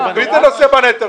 מי זה נושא בנטל?